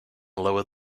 lower